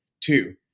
Two